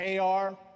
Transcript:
AR